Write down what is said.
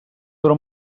dura